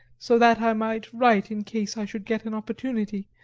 so that i might write in case i should get an opportunity,